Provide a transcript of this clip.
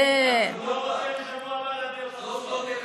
הוא לא רוצה בשבוע הבא להביא אותך עוד פעם.